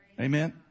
Amen